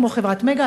כמו חברת "מגה",